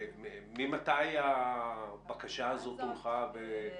ממתי הבקשה הזו הונחה ב-?